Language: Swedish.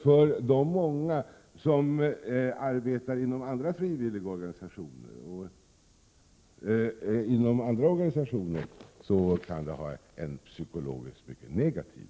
För dem som arbetar inom andra organisationer kan det emellertid få en mycket negativ psykologisk verkan.